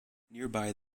nearby